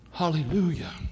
Hallelujah